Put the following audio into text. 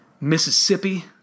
Mississippi